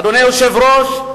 אדוני היושב-ראש,